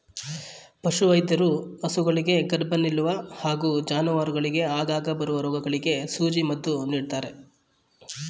ಪಶುವೈದ್ಯರು ಹಸುಗಳಿಗೆ ಗರ್ಭ ನಿಲ್ಲುವ ಹಾಗೂ ಜಾನುವಾರುಗಳಿಗೆ ಆಗಾಗ ಬರುವ ರೋಗಗಳಿಗೆ ಸೂಜಿ ಮದ್ದು ನೀಡ್ತಾರೆ